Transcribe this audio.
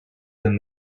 than